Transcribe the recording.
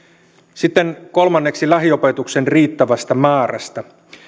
sitten kolmanneksi lähiopetuksen riittävästä määrästä